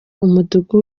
umudugudu